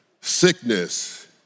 sickness